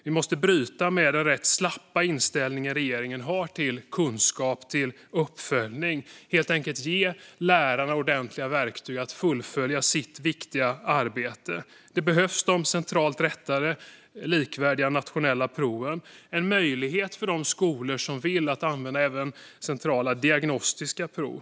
Vi måste bryta med den rätt slappa inställning regeringen har till kunskap och uppföljning och helt enkelt ge lärarna ordentliga verktyg att fullfölja sitt viktiga arbete. Det behövs centralt rättade och likvärdiga nationella prov samt en möjlighet för de skolor som vill att använda även centrala diagnostiska prov.